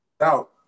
out